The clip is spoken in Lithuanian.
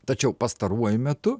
tačiau pastaruoju metu